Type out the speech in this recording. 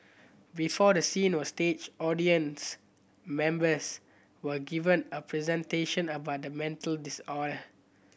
before the scene were staged audience members were given a presentation about the mental disorder